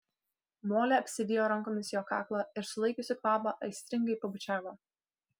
molė apsivijo rankomis jo kaklą ir sulaikiusi kvapą aistringai pabučiavo